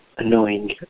Annoying